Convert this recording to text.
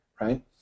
right